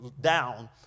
down